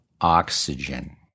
oxygen